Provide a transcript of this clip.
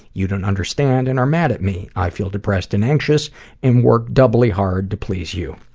you don't understand, and are mad at me. i feel depressed and anxious and work doubly hard to please you.